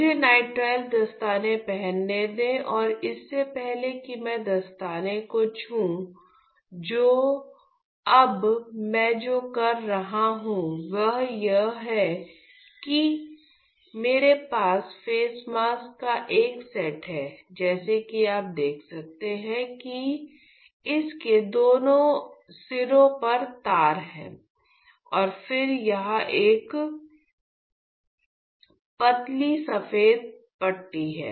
मुझे नाइट्राइल दस्ताने पहनने दो और इससे पहले कि मैं दस्ताने को छूऊं अब मैं जो कर रहा हूं वह यह है कि मेरे पास फेस मास्क का यह सेट है जैसा कि आप देख सकते हैं कि इसके दोनों सिरों पर तार हैं और फिर यहां एक पतली सफेद पट्टी है